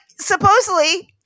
supposedly-